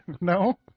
No